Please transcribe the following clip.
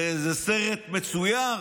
זה סרט מצויר?